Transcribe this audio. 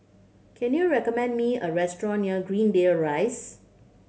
can you recommend me a restaurant near Greendale Rise